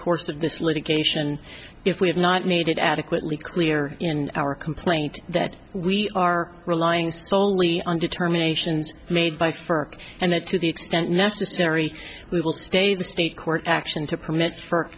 course of this litigation if we have not made it adequately clear in our complaint that we are relying so soley on determinations made by for and the to the extent necessary we will stay the state court action to permit